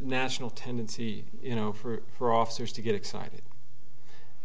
national tendency you know for officers to get excited